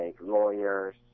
lawyers